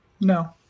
No